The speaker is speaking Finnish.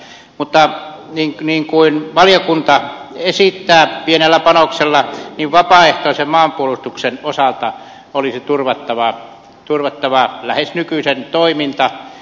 mutta niin kuin valiokunta esittää pienellä panoksella niin vapaaehtoisen maanpuolustuksen osalta olisi turvattava lähes nykyisen toiminta